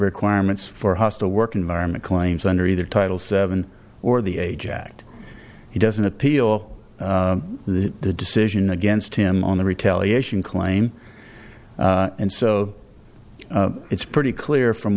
requirements for hostile work environment claims under either title seven or the age act he doesn't appeal the decision against him on the retaliation claim and so it's pretty clear from